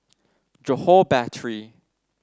Johore Battery